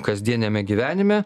kasdieniame gyvenime